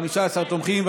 15 תומכים.